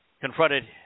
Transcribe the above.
confronted